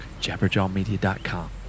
jabberjawmedia.com